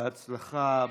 בהצלחה.